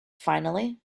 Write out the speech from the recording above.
finally